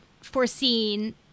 foreseen